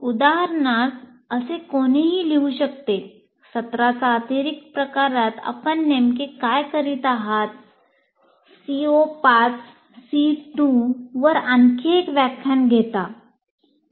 उदाहरणार्थ असे कोणीही लिहू शकतेः सत्राचा अतिरिक्त प्रकारात आपण नेमके काय करीत आहात CO5 C2 वर आणखी एक व्याख्यान घेता